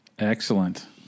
Excellent